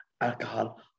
alcohol